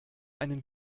einen